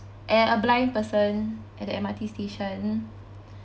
uh a blind person at the M_R_T station